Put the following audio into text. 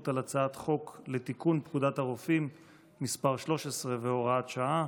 על הצעת חוק לתיקון פקודת הרופאים (מס' 13 והוראת שעה)